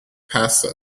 passed